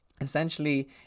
essentially